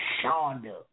Shonda